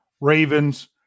Ravens